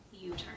U-turn